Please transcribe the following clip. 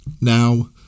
Now